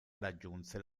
raggiunse